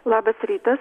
labas rytas